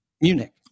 Munich